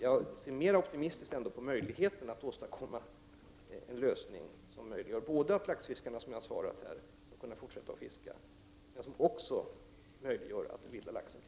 Jag ser ändå mera optimistiskt på möjligheten att åstadkomma en lösning som innebär att båda kategorierna laxfiskare skall kunna fortsätta att fiska och att den vilda laxen skall kunna fortleva.